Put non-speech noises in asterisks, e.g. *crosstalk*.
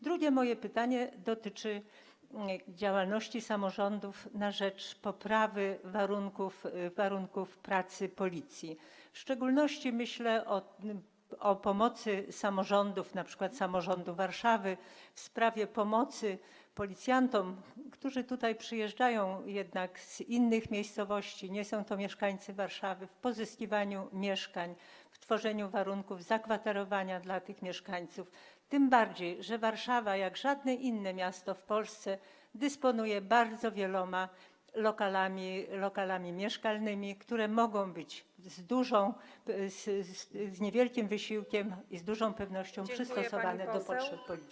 Drugie moje pytanie dotyczy działalności samorządów na rzecz poprawy warunków pracy Policji, w szczególności myślę o pomocy samorządów, np. samorządu Warszawy, policjantom, którzy przyjeżdżają tutaj z innych miejscowości - nie są to mieszkańcy Warszawy - w pozyskiwaniu mieszkań, w tworzeniu warunków zakwaterowania dla tych mieszkańców, tym bardziej że Warszawa jak żadne inne miasto w Polsce dysponuje bardzo wieloma lokalami mieszalnymi, które mogą być z niewielkim wysiłkiem i z dużą pewnością *noise* przystosowane do potrzeb policji.